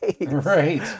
right